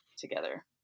together